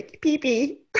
pee-pee